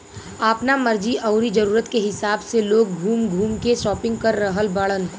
आपना मर्जी अउरी जरुरत के हिसाब से लोग घूम घूम के शापिंग कर रहल बाड़न